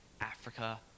Africa